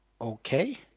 okay